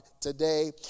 today